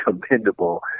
commendable